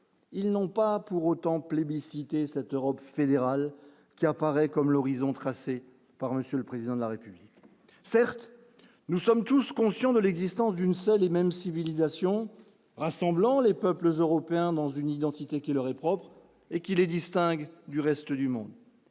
ils n'ont pas pour autant plébiscité cette Europe fédérale qui apparaît comme l'horizon tracée par monsieur le président de la République, certes, nous sommes tous conscients de l'existence d'une seule et même civilisation rassemblant les peuples européens dans une identité qui leur est propre et qui les distinguent du reste du monde.